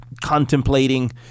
Contemplating